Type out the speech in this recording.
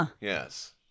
yes